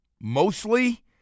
mostly